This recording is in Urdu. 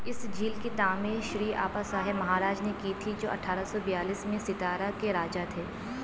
اس جھیل کی تعمیر شری آپا صاحب مہاراج نے کی تھی جو اٹھارہ سو بیالیس میں ستارہ کے راجہ تھے